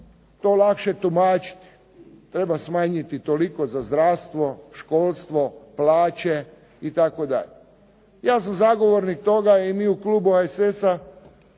to lakše tumačiti. Treba smanjiti toliko za zdravstvo, školstvo, plaće itd. Ja sam zagovornik toga i mi u klubu HSS-a